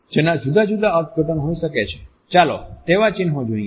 જેના જુદા જુદા અર્થઘટન હોઈ શકે ચાલો તેવા ચિન્હો જોઈએ